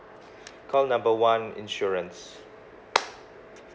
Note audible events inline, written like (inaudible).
call number one insurance (noise)